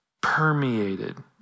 permeated